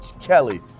Kelly